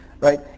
Right